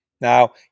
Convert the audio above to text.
Now